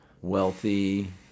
wealthy